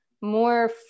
more